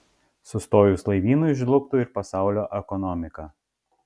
sustojus laivynui žlugtų ir pasaulio ekonomika